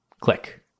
Click